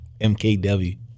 MKW